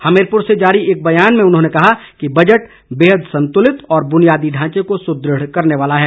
हमीरपुर से जारी एक बयान में उन्होंने कहा है कि बजट बेहद संतुलित और बुनियादी ढांचे को सुदृढ़ करने वाला है